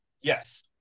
Yes